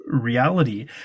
reality